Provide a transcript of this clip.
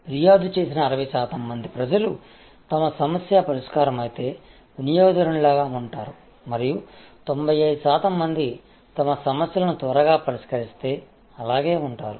ఫిర్యాదు చేసిన 60 శాతం మంది ప్రజలు తమ సమస్య పరిష్కారమైతే వినియోగదారునిలుగా ఉంటారు మరియు 95 శాతం మంది తమ సమస్యలను త్వరగా పరిష్కరిస్తే అలాగే ఉంటారు